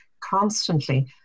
constantly